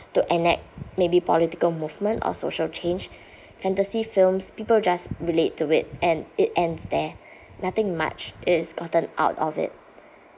to enact maybe political movement or social change fantasy films people just relate to it and it ends there nothing much is gotten out of it